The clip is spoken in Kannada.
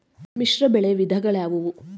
ಮಿಶ್ರಬೆಳೆ ವಿಧಗಳಾವುವು?